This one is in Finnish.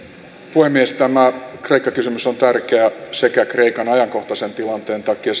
puhemies tämä kreikka kysymys on tärkeä sekä kreikan ajankohtaisen tilanteen takia